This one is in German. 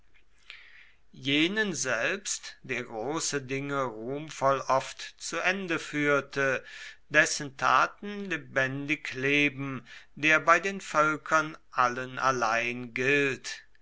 jenen selbst der grosse dinge ruhmvoll oft zu ende fuehrte dessen taten lebendig leben der bei den voelkern allen allein gilt